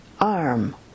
arm